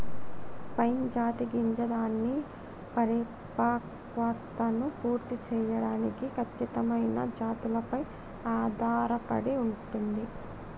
pine జాతి గింజ దాని పరిపక్వతను పూర్తి సేయడానికి ఖచ్చితమైన జాతులపై ఆధారపడి ఉంటుంది